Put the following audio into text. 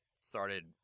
started